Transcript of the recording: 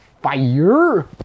Fire